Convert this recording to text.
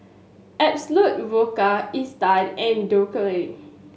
Absolut Vodka Isetan and Dequadin